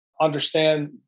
understand